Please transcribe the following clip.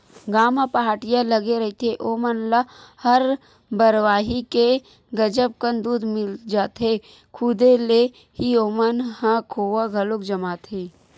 गाँव म पहाटिया लगे रहिथे ओमन ल हर बरवाही के गजब कन दूद मिल जाथे, खुदे ले ही ओमन ह खोवा घलो जमाथे